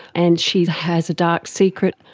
and she has a dark secret,